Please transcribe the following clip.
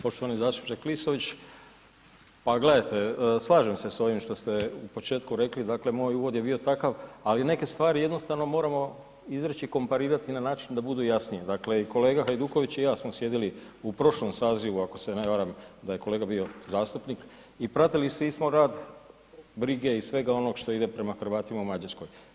Poštovani zastupniče Klisović, pa gledajte slažem se s ovim što ste u početku rekli, dakle moj uvod je bio takav, ali neke stvari jednostavno moramo izreći, komparirati na način da budu jasnije, dakle i kolega Hajduković i ja smo sjedili u prošlom sazivu ako se ne varam da je kolega bio zastupnik i pratili svi smo rad, brige i svega onoga što ide prema Hrvatima u Mađarskoj.